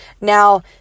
Now